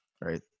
right